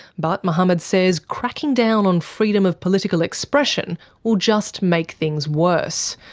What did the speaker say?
but mohammed says cracking down on freedom of political expression will just make things worse.